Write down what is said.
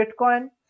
Bitcoin